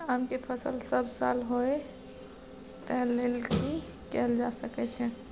आम के फसल सब साल होय तै लेल की कैल जा सकै छै?